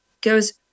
goes